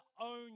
own